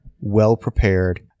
well-prepared